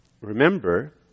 remember